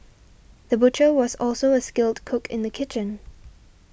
the butcher was also a skilled cook in the kitchen